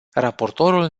raportorul